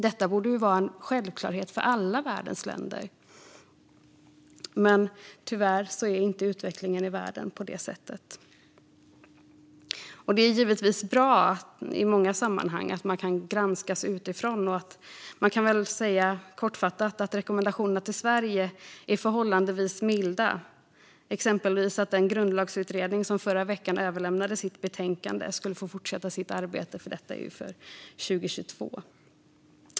Det borde vara en självklarhet för alla världens länder, men tyvärr ser utvecklingen i världen inte ut på det sättet. Det är i många sammanhang givetvis bra att länder kan granskas utifrån, och man kan väl kortfattat säga att rekommendationerna till Sverige är förhållandevis milda. Exempelvis rekommenderades att den grundlagsutredning som i förra veckan överlämnade sitt betänkande - rapporten gäller ju år 2022 - skulle få fortsätta sitt arbete.